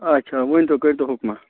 اَچھا ؤنۍتَو کٔرۍتَو حُکما